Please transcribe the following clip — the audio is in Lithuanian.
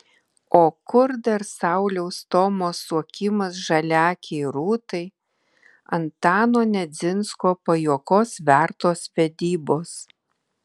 o kur dar sauliaus stomos suokimas žaliaakei rūtai antano nedzinsko pajuokos vertos vedybos